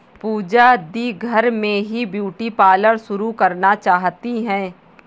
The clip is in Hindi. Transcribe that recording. पूजा दी घर में ही ब्यूटी पार्लर शुरू करना चाहती है